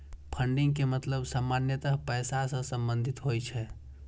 funding के मतलब सामान्यतः पैसा सं संबंधित होइ छै